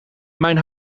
mijn